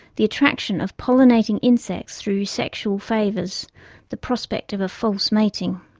the attraction of pollinating insects through sexual favours the prospect of a false mating.